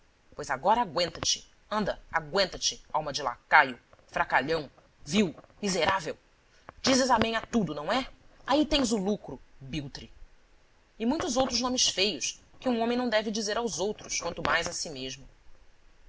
pois agora agüenta te anda agüenta te alma de lacaio fracalhão vil miserável dizes amém a tudo não é aí tens o lucro biltre e muitos outros nomes feios que um homem não deve dizer aos outros quanto mais a si mesmo